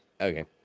Okay